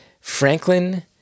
Franklin